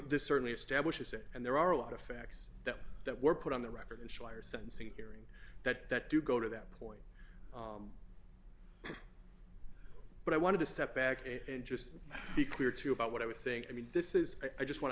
this certainly establishes it and there are a lot of facts that that were put on the record and shyer sentencing hearing that that do go to that point but i wanted to step back and just be clear to you about what i was saying i mean this is i just wan